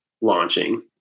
launching